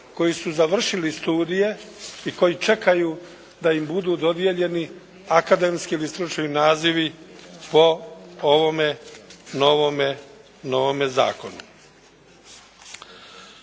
koji su završili studije i koji čekaju da im budu dodijeljeni akademski ili stručni nazivi po ovome novome zakonu.